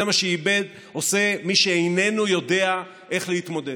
זה מה שעושה מי שאיננו יודע איך להתמודד.